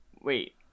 Wait